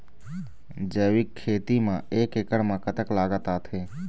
जैविक खेती म एक एकड़ म कतक लागत आथे?